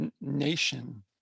nation